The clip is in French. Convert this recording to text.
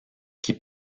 qui